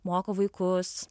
moko vaikus